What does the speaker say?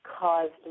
caused